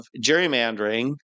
gerrymandering